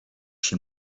się